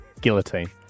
Guillotine